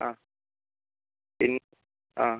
ആ പിന്നെ ആ